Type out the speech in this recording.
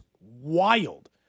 wild